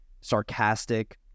sarcastic